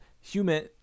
human